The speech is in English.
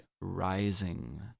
rising